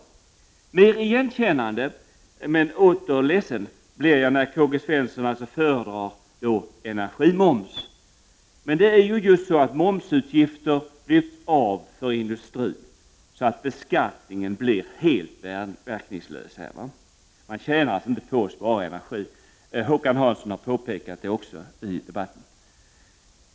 Mer igenkännande men åter ledsen blir jag när jag hör att Karl-Gösta Svenson föredrar energimoms. Det är just momsutgifter som dras av för industrin så att beskattningen blir helt verkningslös. Man tjänar alltså inte på att spara energi. Håkan Hansson har också påpekat detta i debatten.